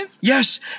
Yes